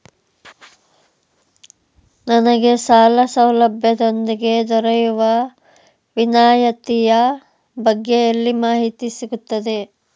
ನನಗೆ ಸಾಲ ಸೌಲಭ್ಯದೊಂದಿಗೆ ದೊರೆಯುವ ವಿನಾಯತಿಯ ಬಗ್ಗೆ ಎಲ್ಲಿ ಮಾಹಿತಿ ಸಿಗುತ್ತದೆ?